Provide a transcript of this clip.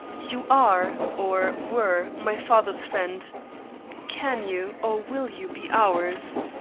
you are, or were, my father's friend can you or will you be ours?